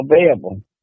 available